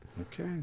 okay